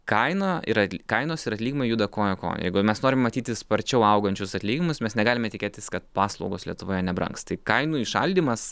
kaina yra kainos ir atlyginimai juda koja koja jeigu mes norim matyti sparčiau augančius atlyginimus mes negalime tikėtis kad paslaugos lietuvoje nebrangs tai kainų įšaldymas